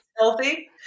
healthy